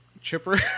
Chipper